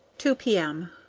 two p m.